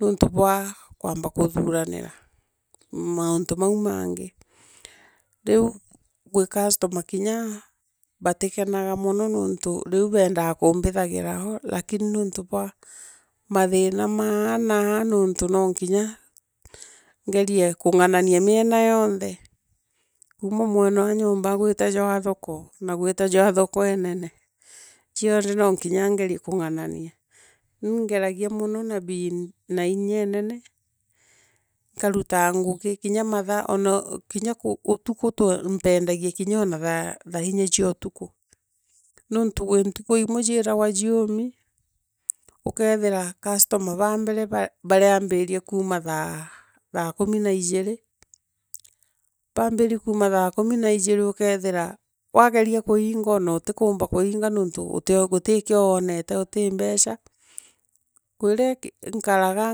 Nontu bwa kwamba kuthuranira mauntu mau. Kiu, gwi customer kinya, batikonanaga mono nontu riu beendaa kumbithagira o lakini nontu bwa mathina ma aa na aa nontu no nkinya ngorie kunganania mena yoonthe kuuma mwena e nyomba gwita jwa thoko na jwa gwita thoko enene noongerie kunganania. Niingeragia ona kinya thwa inya era utuku. Nantu gwi ntuku imwe clirawa jiumi, ikeethira customer baambere bariambiria kuuma thaa kumi na ijiri, baambiria kuuma thaa kumi na ijirii ukeethira wageria kiongoi ona utikwomba kuinga, nontu gutikio woonete utii mbeca, kwirio nkaraga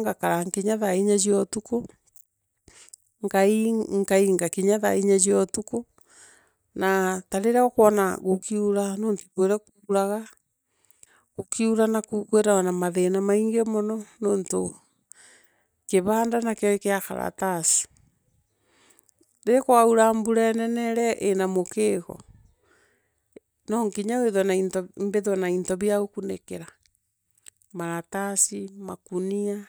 ngakara kinya thaa inya eia utuku, ngainga inya thaa inya ela utuku, naa ta riria ukwona gukiura, nonto kwirio kuuraga naku kwithairwa kwira maathira maingi mono nontu kibanda rakio ikia karatasi rii kwaura inene iria rina mukigo no kinya wee mbithwe na into bia bia gukunikira ;maratasi, makunio.